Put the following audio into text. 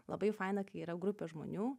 labai faina kai yra grupė žmonių